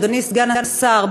אדוני סגן השר,